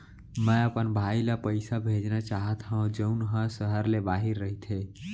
मै अपन भाई ला पइसा भेजना चाहत हव जऊन हा सहर ले बाहिर रहीथे